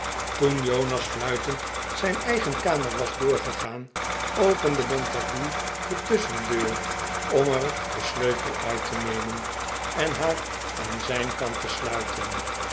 toen jonas fluitend zijn eigen kamer was doorgegaan opende montague de tussehendeur om er den sleutel uit te nemen en haar aan zijn kant te sluiten